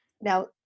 Now